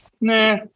nah